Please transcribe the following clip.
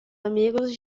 amigos